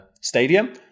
stadium